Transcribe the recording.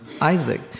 Isaac